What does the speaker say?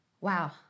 Wow